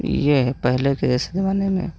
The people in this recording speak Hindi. यह पहले के ऐसे ज़माने में